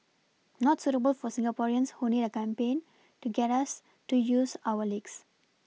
not suitable for Singaporeans who need a campaign to get us to use our legs